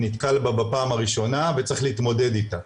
נתקל בה בפעם הראשונה וצריך להתמודד איתה.